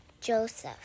Joseph